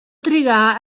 trigà